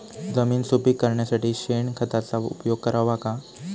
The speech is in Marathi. जमीन सुपीक करण्यासाठी शेणखताचा उपयोग करावा का?